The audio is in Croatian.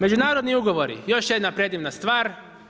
Međunarodni ugovori, još jedna predivna stvar.